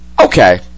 okay